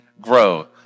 grow